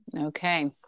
Okay